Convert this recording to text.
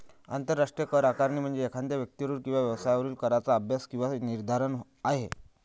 आंतरराष्ट्रीय करआकारणी म्हणजे एखाद्या व्यक्तीवरील किंवा व्यवसायावरील कराचा अभ्यास किंवा निर्धारण आहे